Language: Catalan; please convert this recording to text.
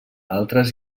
altres